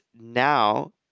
now